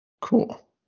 cool